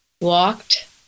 walked